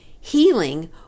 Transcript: Healing